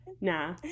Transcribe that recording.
Nah